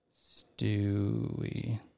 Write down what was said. Stewie